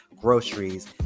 groceries